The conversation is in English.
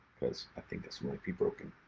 because i think this might be broken.